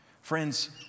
Friends